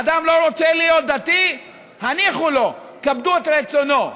אדם לא רוצה להיות דתי, הניחו לו, כבדו את רצונו,